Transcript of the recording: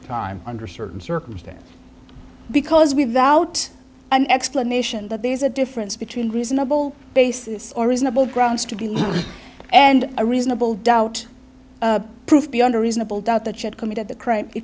time under certain circumstance because without an explanation that there's a difference between reasonable basis or reasonable grounds to give and a reasonable doubt proof beyond a reasonable doubt that she had committed the crime it